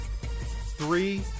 three